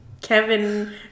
Kevin